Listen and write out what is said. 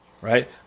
Right